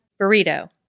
burrito